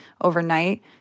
overnight